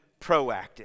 proactive